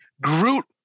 Groot